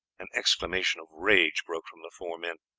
an exclamation of rage broke from the four men.